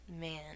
man